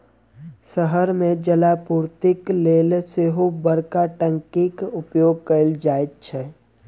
शहर मे जलापूर्तिक लेल सेहो बड़का टंकीक उपयोग कयल जाइत छै